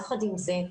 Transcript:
יחד עם זאת,